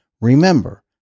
Remember